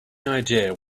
idea